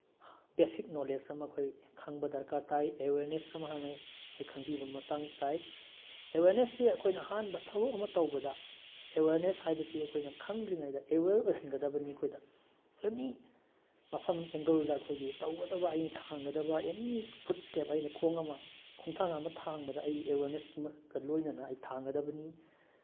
basic knowledge ꯑꯃ ꯑꯩꯈꯣꯏ ꯈꯪꯕ ꯗꯔꯀꯥꯔ ꯇꯥꯏ ꯑꯦꯋꯦꯔꯅꯦꯁ ꯑꯃ ꯍꯥꯟꯅ ꯑꯩꯈꯣꯏ ꯈꯪꯕꯤꯕ ꯃꯇꯥꯡ ꯇꯥꯏ ꯑꯦꯋꯦꯔꯅꯦꯁꯁꯤ ꯑꯩꯈꯣꯏꯅ ꯑꯍꯥꯟꯕ ꯊꯕꯛ ꯑꯃ ꯇꯧꯕꯗ ꯑꯦꯋꯦꯔꯅꯦꯁ ꯍꯥꯏꯕꯁꯤ ꯑꯩꯈꯣꯏꯅ ꯈꯪꯗ꯭ꯔꯤꯉꯩꯗ ꯑꯦꯋꯦꯔ ꯑꯣꯏꯍꯟꯒꯗꯕꯅꯤ ꯑꯩꯈꯣꯏꯗ ꯑꯦꯅꯤ ꯃꯐꯝ ꯑꯦꯡꯒꯜꯗ ꯑꯩꯈꯣꯏꯒꯤ ꯇꯧꯒꯗꯕ ꯑꯩꯅ ꯊꯥꯡꯒꯗꯕ ꯑꯦꯅꯤ ꯐꯨꯠ ꯏꯁꯇꯦꯞ ꯑꯩꯅ ꯈꯣꯡ ꯑꯃ ꯈꯣꯡꯊꯥꯡ ꯑꯃ ꯊꯥꯡꯕꯗ ꯑꯩꯒꯤ ꯑꯦꯋꯦꯔꯅꯦꯁ ꯑꯃꯒ ꯂꯣꯏꯅꯅ ꯑꯩ ꯊꯥꯡꯒꯗꯕꯅꯤ